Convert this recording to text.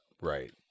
Right